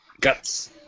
guts